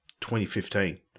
2015